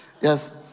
Yes